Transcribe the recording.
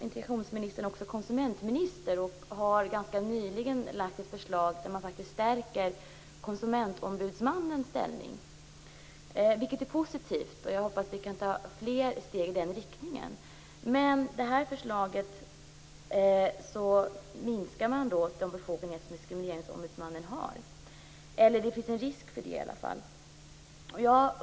Integrationsministern är samtidigt konsumentminister och har nyligen lagt fram ett förslag där man faktiskt stärker Konsumentombudsmannens ställning. Det är positivt, och jag hoppas att vi kan ta fler steg i den riktningen. Men med detta förslag minskar man de befogenheter som Diskrimineringsombudsmannen har. Det finns i varje fall en risk för det.